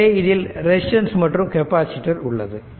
எனவே இதில் ரெசிஸ்டன்ஸ் மற்றும் கெப்பாசிட்டர் உள்ளது